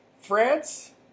France